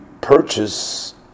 purchase